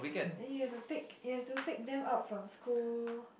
then you have to pick you have to pick them up from school